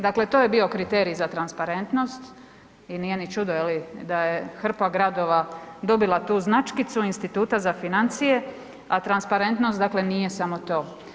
Dakle to je bio kriterij za transparentnost i nije ni čudo, je li, da je hrpa gradova dobila tu značkicu Instituta za financije, a transparentnost dakle, nije samo to.